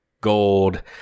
gold